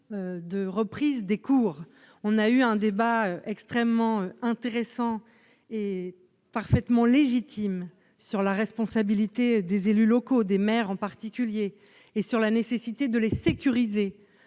de reprise des cours. Nous avons eu un débat très intéressant et parfaitement légitime sur la responsabilité des élus locaux, en particulier des maires, et sur la nécessité de les sécuriser